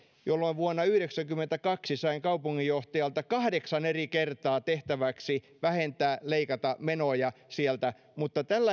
jolloin vuonna yhdeksänkymmentäkaksi sain kaupunginjohtajalta kahdeksan eri kertaa tehtäväksi vähentää leikata menoja sieltä mutta tällä